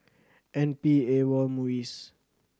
N P AWOL and MUIS